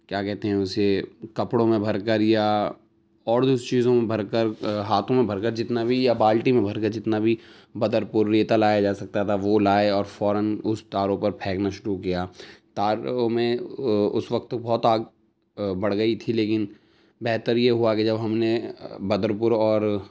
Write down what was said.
کیا کہتے ہیں اسے کپڑوں میں بھر کر یا اور دوسری چیزوں میں بھر کر ہاتھوں میں بھر کر جتنا بھی یا بالٹی میں بھر کر جتنا بھی بدر پور ریت لایا جا سکتا تھا وہ لائے اور فوراً اس تاروں پر پھینکنا شروع کیا تاروں میں اس وقت بہت آگ بڑھ گئی تھی لیکن بہتر یہ ہوا کہ جب ہم نے بدر پور اور